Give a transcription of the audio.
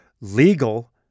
legal